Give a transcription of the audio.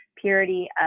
purity